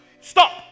Stop